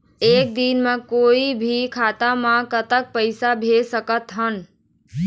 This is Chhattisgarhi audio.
एक दिन म कोई भी खाता मा कतक पैसा भेज सकत हन?